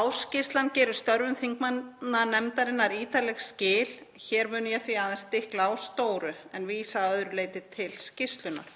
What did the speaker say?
Ársskýrslan gerir störfum þingmannanefndarinnar ítarleg skil. Hér mun ég því aðeins stikla á stóru en vísa að öðru leyti til skýrslunnar.